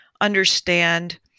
understand